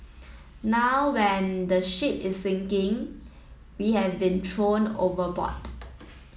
now when the ship is sinking we have been thrown overboard